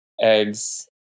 eggs